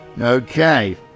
Okay